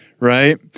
right